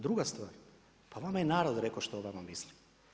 Druga stvar, pa o vama je narod rekao što o vama misli.